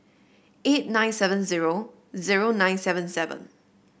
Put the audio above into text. eight nine seven zero zero nine seven seven